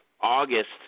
August